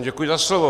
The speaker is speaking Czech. Děkuji za slovo.